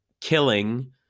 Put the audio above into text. killing